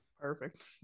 perfect